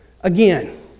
again